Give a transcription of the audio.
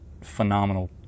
phenomenal